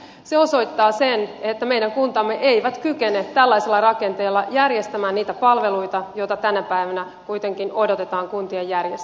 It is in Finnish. se osoittaa sen että meidän kuntamme eivät kykene tällaisella rakenteella järjestämään niitä palveluita joita tänä päivänä kuitenkin odotetaan kuntien järjestävän